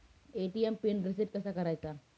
ATM pin reset कसा करायचा?